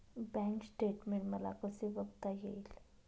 Bank statement मला कसे बघता येईल?